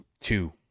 two